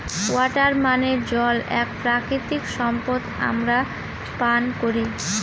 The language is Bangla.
ওয়াটার মানে জল এক প্রাকৃতিক সম্পদ আমরা পান করি